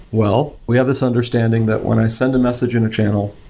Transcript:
well, we have this understanding that when i send a message in a channel,